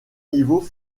niveau